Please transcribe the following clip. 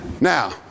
Now